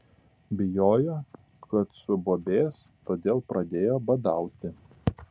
bijojo kad subobės todėl pradėjo badauti